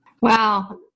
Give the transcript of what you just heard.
Wow